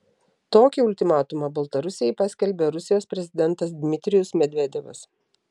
tokį ultimatumą baltarusijai paskelbė rusijos prezidentas dmitrijus medvedevas